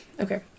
okay